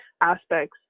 aspects